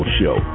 show